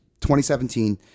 2017